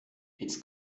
its